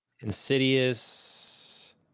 Insidious